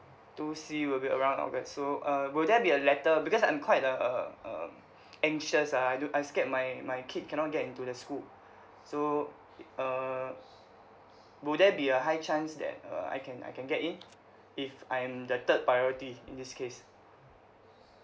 two C will be around august so uh will there be a letter because I'm quite a a um anxious ah I I scared my my kid cannot get into the school so err will there be a high chance that uh I can I can get in if I am the third priority in this case